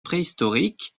préhistorique